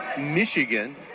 Michigan